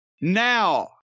Now